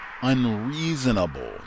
unreasonable